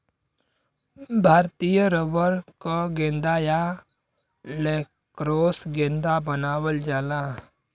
भारतीय रबर क गेंदा या लैक्रोस गेंदा बनावल जाला